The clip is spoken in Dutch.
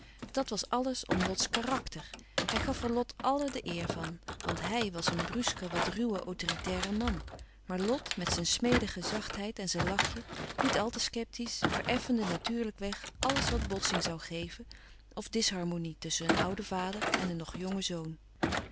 dat was alles om lots karakter hij gaf er lot alle de eer van want hij was een bruske wat ruwe autoritaire man maar lot met zijn smedige zachtheid en zijn lachje niet àl te sceptisch vereffende natuurlijk weg alles wat botsing zoû geven of disharmonie tusschen een ouden vader en een nog jongen zoon